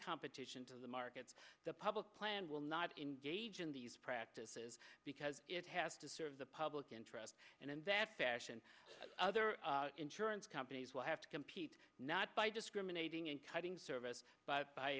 competition to the markets the public plan will not engage in these practices because it has to serve the public interest and in that fashion other insurance companies will have to compete not by discriminating and cutting services but by